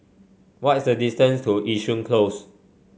what is the distance to Yishun Close